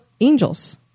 angels